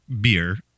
beer